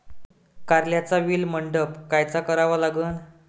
कारल्याचा वेल मंडप कायचा करावा लागन?